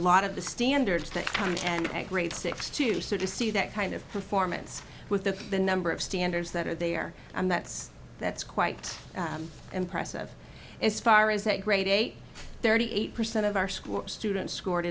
lot of the standards that and grade six to so to see that kind of performance with the the number of standards that are there and that's that's quite impressive as far as a grade eight thirty eight percent of our school students scored